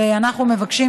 ואנחנו מבקשים,